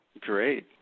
Great